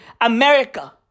America